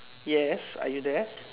yes are you there